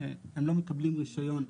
הם לא מקבלים רישיון,